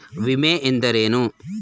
ವಿಮೆ ಎಂದರೇನು?